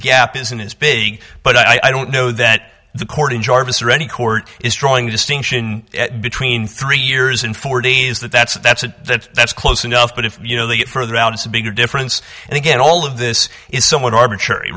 gap isn't as big but i don't know that the court in jarvis or any court is drawing a distinction between three years and forty is that that's that's a that that's close enough but if you know they get further out it's a bigger difference and again all of this is somewhat arbitrary